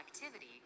activity